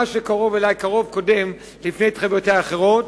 מה שקרוב אלי קודם להתחייבויותי האחרות.